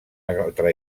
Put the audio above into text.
altre